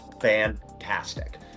fantastic